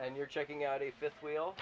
and you're checking out a fifth wheel